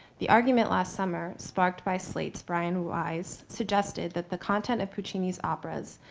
the argument last summer sparked by slate's, bryan wise, suggested that the content of puccini's operas,